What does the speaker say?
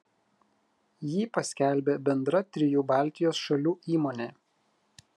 jį paskelbė bendra trijų baltijos šalių įmonė